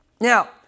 Now